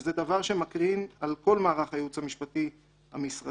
וזה דבר שמקרין על כל מערך הייעוץ המשפטי המשרדי,